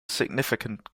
significant